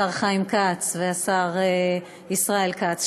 השר חיים כץ והשר ישראל כץ,